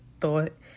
thought